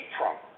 Trump